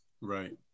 Right